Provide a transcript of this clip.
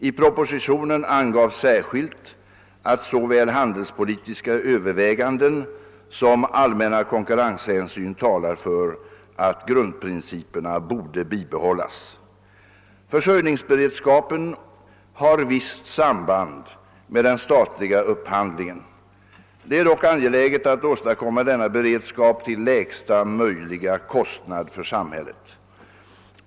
I propositionen angavs särskilt att såväl handelspolitiska överväganden som allmänna konkurrenshänsyn talar för att grundprinciperna borde bibehållas. Försörjningsberedskapen har visst samband med den statliga upphandlingen. Det är dock angeläget att åstadkomma denna beredskap till lägsta möjliga kostnad för samhället.